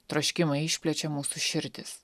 troškimai išplečia mūsų širdis